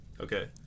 Okay